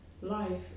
life